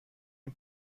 این